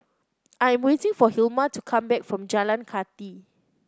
I'm waiting for Hilma to come back from Jalan Kathi